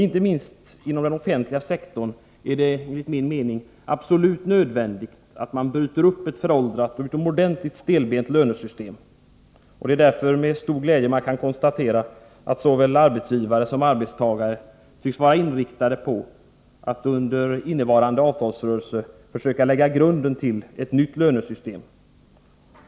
Inte minst inom den offentliga sektorn är det enligt min mening absolut nödvändigt att man bryter upp ett föråldrat och utomordentligt stelbent lönesystem. Det är därför med stor glädje man kan konstatera att såväl arbetsgivare som arbetstagare tycks vara inriktade på att under innevarande avtalsrörelse söka lägga grunden till ett nytt lönesystem.